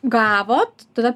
gavot tada